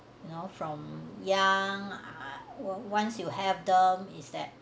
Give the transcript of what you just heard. you know from young ah once you have them is that